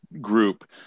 group